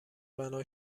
بنا